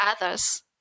others